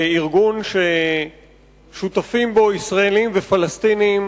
ארגון ששותפים בו ישראלים ופלסטינים